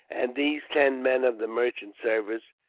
and these ten men of the merchant service,